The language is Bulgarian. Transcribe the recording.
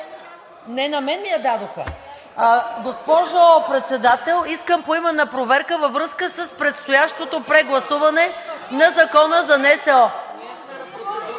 Не, на мен ми я дадоха. Госпожо Председател, искам поименна проверка във връзка с предстоящото прегласуване на Закона за НСО.